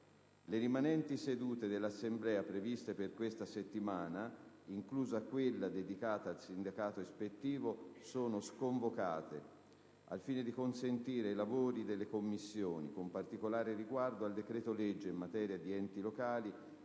Le rimanenti sedute dell'Assemblea previste per questa settimana, inclusa quella dedicata al sindacato ispettivo, sono sconvocate al fine di consentire i lavori delle Commissioni, con particolare riguardo al decreto-legge in materia di enti locali,